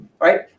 right